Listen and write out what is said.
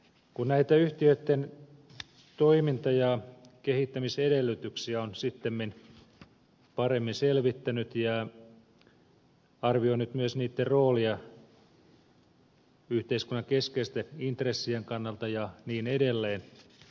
kun näitä yhtiöitten toiminta ja kehittämisedellytyksiä olen sittemmin paremmin selvittänyt ja arvioinut myös niitten roolia yhteiskunnan keskeisten intressien kannalta ja niin edelleen